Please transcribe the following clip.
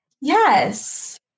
Yes